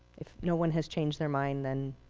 if no one has changed their mind, then